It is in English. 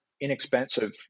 inexpensive